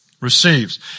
Receives